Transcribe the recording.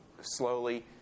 slowly